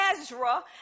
Ezra